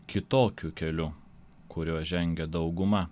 kitokiu keliu kuriuo žengia dauguma